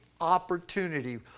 opportunity